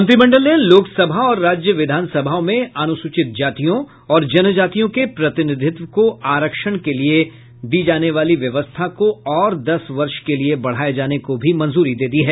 मंत्रिमण्डल ने लोकसभा और राज्य विधानसभाओं में अनुसूचित जातियों और जनजातियों के प्रतिनिधित्व को आरक्षण के लिये व्यवस्था को और दस वर्ष के लिए बढ़ाए जाने को भी मंजूरी दे दी है